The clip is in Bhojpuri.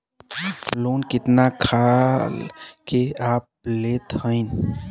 लोन कितना खाल के आप लेत हईन?